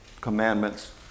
commandments